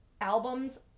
albums